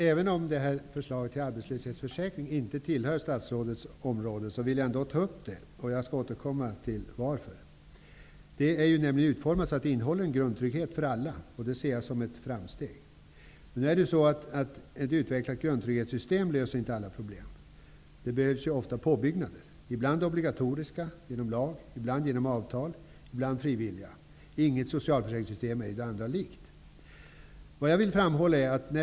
Fru talman! Även om förslaget till arbetslöshetsförsäkring inte tillhör statsrådets område, vill jag ändå ta upp den frågan, och jag skall återkomma till varför. Arbetslöshetsförsäkringen är nämligen utformad så, att den innehåller en grundtrygghet för alla, vilket jag ser som ett framsteg. Men ett utvecklat grundtrygghetssystem löser ju inte alla problem. Det behövs ofta påbyggnader, ibland obligatoriska, ibland avtalsmässiga, ibland frivilliga. Inget socialförsäkringssystem är det andra likt.